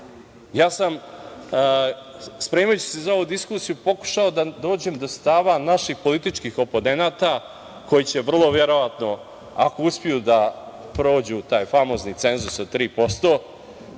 Ja sam, spremajući se za ovu diskusiju, pokušao da dođem do stava naših političkih oponenata koji će vrlo verovatno, ako uspeju da prođu taj famozni cenzus od tri